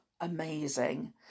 amazing